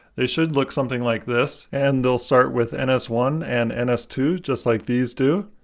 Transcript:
they should look something like this, and they'll start with n s one and n s two, just like these do.